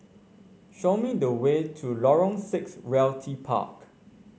show me the way to Lorong Six Realty Park